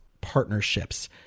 partnerships